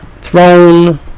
throne